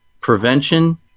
prevention